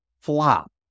flop